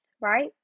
right